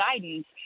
guidance